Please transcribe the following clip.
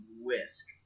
whisk